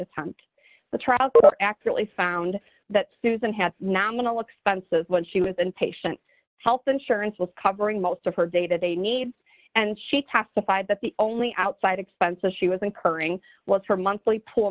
attempt the trial court d actually found that susan had nominal expenses when she was in patient health insurance was covering most of her day to day needs and she testified that the only outside expenses she was incurring was her monthly p